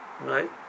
Right